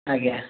ଆଜ୍ଞା